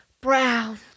Brown